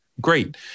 Great